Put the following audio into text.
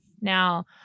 now